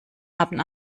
haben